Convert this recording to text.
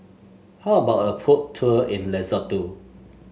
how about a Boat Tour in Lesotho